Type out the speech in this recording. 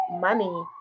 money